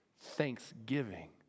thanksgiving